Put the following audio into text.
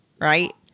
Right